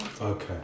Okay